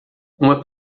uma